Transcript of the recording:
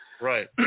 Right